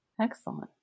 excellent